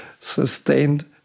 sustained